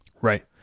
Right